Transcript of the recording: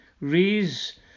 raise